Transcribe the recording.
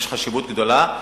יש חשיבות גדולה.